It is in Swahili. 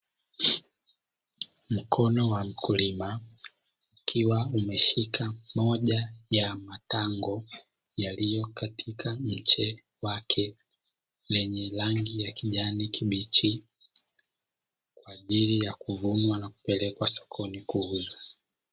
Mkono wa mkulima ukiwa umeshika moja ya matango yaliyo katika nje kwake yenye rangi ya kijani kibichi, kwa ajili ya kuvunwa na kupelekwa sokoni kuuzwa.